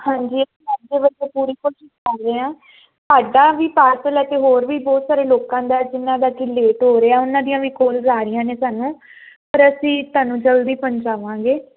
ਹਾਂਜੀ ਬੱਚੇ ਪੂਰੀ ਕੋਸ਼ਿਸ਼ ਕਰ ਰਹੇ ਆ ਤੁਹਾਡਾ ਵੀ ਪਾਰਸਲ ਐ ਤੇ ਹੋਰ ਵੀ ਬਹੁਤ ਸਾਰੇ ਲੋਕਾਂ ਦਾ ਜਿਨਾਂ ਦਾ ਕਿ ਲੇਟ ਹੋ ਰਿਹਾ ਉਹਨਾਂ ਦੀਆਂ ਵੀ ਕੋਲਸ ਆ ਰਹੀਆਂ ਨੇ ਸਾਨੂੰ ਪਰ ਅਸੀਂ ਤੁਹਾਨੂੰ ਜਲਦੀ ਪਹੁੰਚਾਵਾਂਗੇ